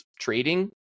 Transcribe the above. trading